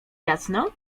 jasno